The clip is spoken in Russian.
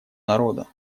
народа